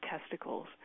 testicles